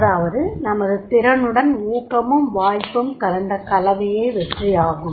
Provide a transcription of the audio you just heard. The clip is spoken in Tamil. அதாவது நமது திறனுடன் ஊக்கமும் வாய்ப்பும் கலந்த கலவையே வெற்றி என்பதாகும்